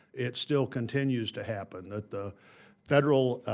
it's still continuing to happen, that the federal